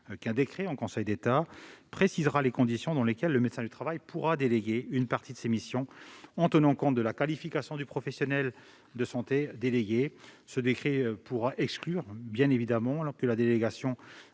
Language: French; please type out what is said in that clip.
qu'un décret en Conseil d'État précise les conditions dans lesquelles le médecin du travail pourra déléguer une partie de ses missions, en tenant compte de la qualification du professionnel de santé délégué. Ce décret pourra exclure de la délégation